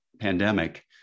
pandemic